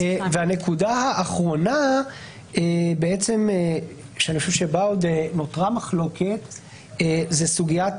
הנקודה האחרונה שאני חושב שבה עוד נותרה מחלוקת היא סוגיית